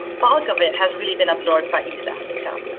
bulk of it has really been absorbed by east africa,